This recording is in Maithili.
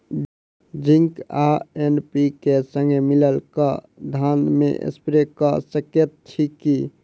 जिंक आ एन.पी.के, संगे मिलल कऽ धान मे स्प्रे कऽ सकैत छी की?